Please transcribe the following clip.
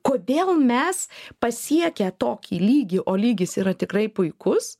kodėl mes pasiekę tokį lygį o lygis yra tikrai puikus